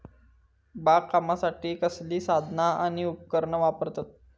बागकामासाठी कसली साधना आणि उपकरणा वापरतत?